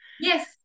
Yes